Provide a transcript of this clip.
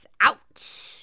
Ouch